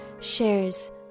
shares